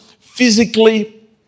physically